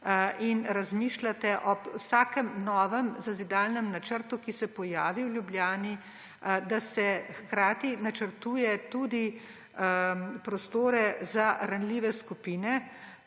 in razmišljate ob vsakem novem zazidalnem načrtu, ki se pojavi v Ljubljani, da se hkrati načrtujejo tudi prostori za ranljive skupine,